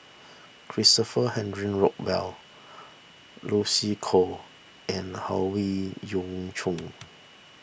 Christopher Henry Rothwell Lucy Koh and Howe Yoon Chong